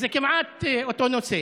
זה כמעט אותו נושא.